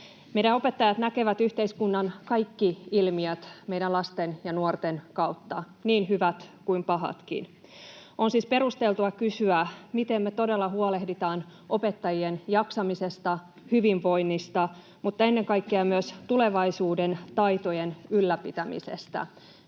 Meidän opettajat näkevät yhteiskunnan kaikki ilmiöt meidän lasten ja nuorten kautta, niin hyvät kuin pahatkin. On siis perusteltua kysyä, miten me todella huolehditaan opettajien jaksamisesta ja hyvinvoinnista mutta ennen kaikkea myös tulevaisuuden taitojen ylläpitämisestä.